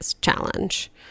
challenge